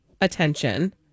attention